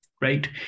Right